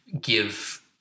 give